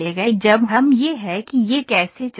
जब हम यह है कि यह कैसे चलता है